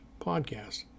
podcast